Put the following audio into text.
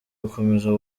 gukomeza